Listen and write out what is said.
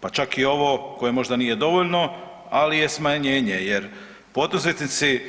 Pa čak i ovo koje možda nije dovoljno, ali je smanjenje, jer poduzetnici,